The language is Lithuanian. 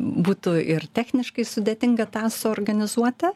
būtų ir techniškai sudėtinga tą suorganizuoti